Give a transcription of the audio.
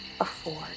afford